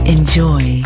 Enjoy